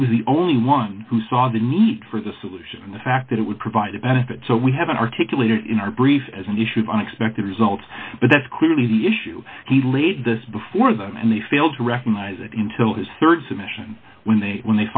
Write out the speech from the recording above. he was the only one who saw the need for the solution the fact that it would provide a benefit so we haven't articulated in our brief as an issue for unexpected results but that's clearly the issue he laid this before them and they failed to recognize it until his rd submission when they when